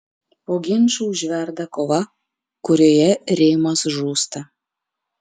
po ginčų užverda kova kurioje rėmas žūsta